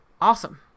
Awesome